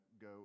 go